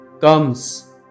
comes